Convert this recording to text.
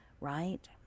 right